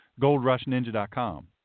goldrushninja.com